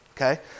okay